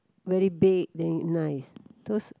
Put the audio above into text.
very big then nice those